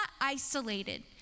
isolated